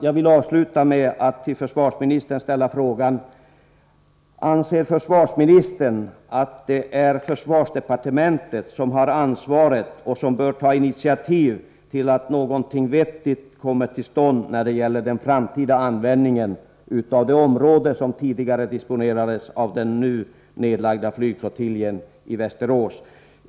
Jag vill avslutningsvis ställa följande fråga till försvarsministern: Anser försvarsministern att det är försvarsdepartementet som har ansvaret och som bör ta initiativ till att någonting vettigt kommer till stånd när det gäller den framtida användningen av det område som tidigare disponerades av den nu nedlagda flygflottiljen i Västerås?